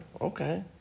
okay